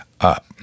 up